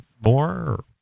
more